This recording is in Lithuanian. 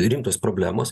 rimtos problemos